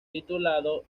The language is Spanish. titulado